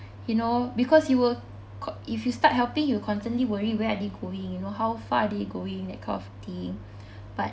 you know because you were caught if you start helping you constantly worry where are they going you know how far are they going that kind of thing but